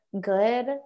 good